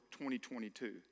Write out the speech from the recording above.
2022